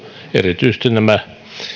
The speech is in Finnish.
erityisesti nämä